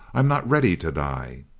i'm not ready to die!